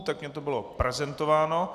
Tak mi to bylo prezentováno.